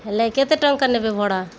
ହେଲେ କେତେ ଟଙ୍କା ନେବେ ଭଡ଼ା